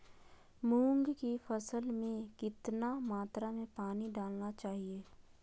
मूंग की फसल में कितना मात्रा में पानी डालना चाहिए?